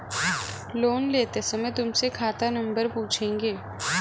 loan लेते समय तुमसे खाता नंबर पूछेंगे